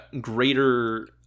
greater